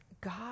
God